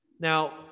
Now